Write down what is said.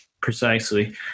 Precisely